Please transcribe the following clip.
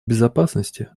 безопасности